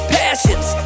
passions